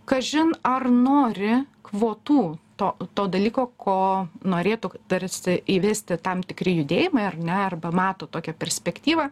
kažin ar nori kvotų to to dalyko ko norėtų tarsi įvesti tam tikri judėjimai ar ne arba mato tokią perspektyvą